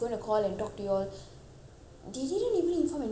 they didn't even inform anything அத்தை:athai don't want to talk to thatha